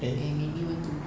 eh